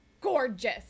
gorgeous